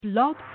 blog